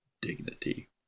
dignity